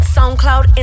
SoundCloud